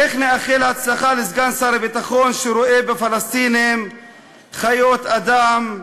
איך נאחל הצלחה לסגן שר ביטחון שרואה בפלסטינים "חיות אדם,